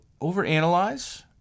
overanalyze